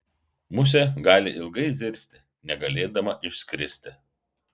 musė gali ilgai zirzti negalėdama išskristi